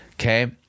Okay